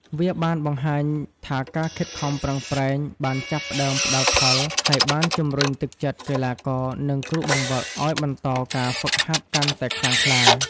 វាបានបង្ហាញថាការខិតខំប្រឹងប្រែងបានចាប់ផ្ដើមផ្ដល់ផល ហើយបានជំរុញទឹកចិត្តកីឡាករ និងគ្រូបង្វឹកឲ្យបន្តការហ្វឹកហាត់កាន់តែខ្លាំងក្លា។